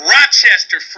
Rochester